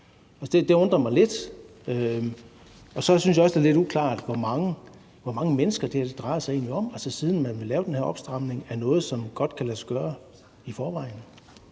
det undrer mig lidt. Og så synes jeg også, at det er lidt uklart, hvor mange mennesker det her egentlig drejer sig om, altså siden man vil lave den her opstramning af noget, som godt kan lade sig gøre i forvejen.